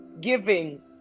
giving